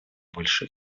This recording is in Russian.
больше